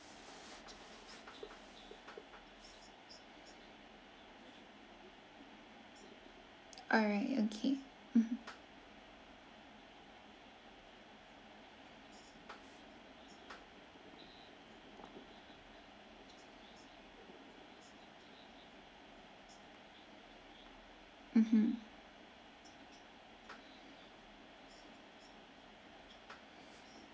alright okay mmhmm mmhmm